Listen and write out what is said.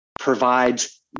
provides